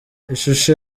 ishusho